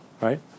right